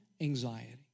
anxiety